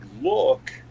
look